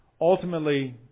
ultimately